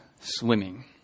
swimming